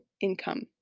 income